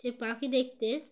সে পাখি দেখতে